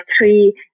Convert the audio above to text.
three